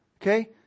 Okay